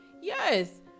yes